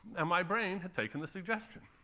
and my brain had taken the suggestion.